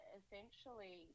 essentially